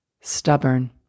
stubborn